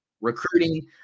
recruiting